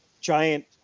giant